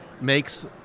makes